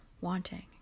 wanting